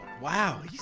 Wow